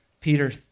Peter